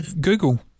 Google